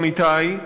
עמיתי,